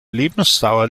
lebensdauer